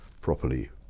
properly